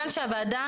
מוכשרות.